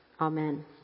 Amen